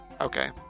Okay